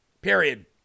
period